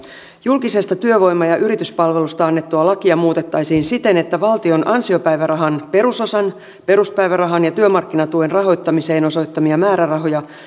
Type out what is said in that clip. julkisesta työvoima ja yrityspalvelusta annettua lakia muutettaisiin siten että valtion ansiopäivärahan perusosan peruspäivärahan ja työmarkkinatuen rahoittamiseen osoittamia määrärahoja